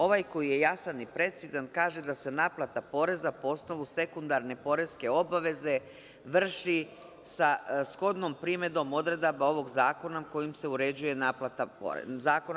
Ovaj koji je jasan i precizan kaže da se - naplata poreza po osnovu sekundarne poreske obaveze vrši sa shodnom primenom odredaba ovog zakona kojim se uređuje naplata poreza.